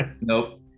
Nope